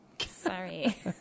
Sorry